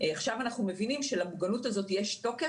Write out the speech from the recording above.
עכשיו אנחנו מבינים שלמוגנות הזאת יש תוקף,